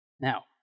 Now